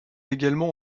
également